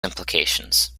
implications